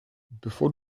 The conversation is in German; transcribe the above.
bevor